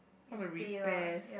all the repairs